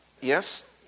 Yes